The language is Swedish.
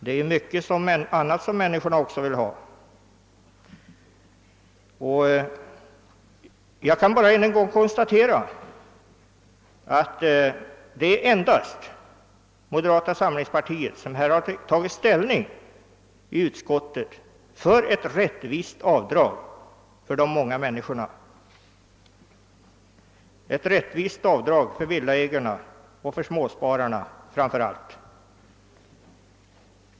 Det är mycket annat som människorna också vill ha. Jag kan bara än en gång konstatera att det endast är moderata samlingspartiet som tagit ställning i utskottet för rättvisa avdrag för de många människorna, framför allt för villaägarna och för småspararna.